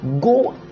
Go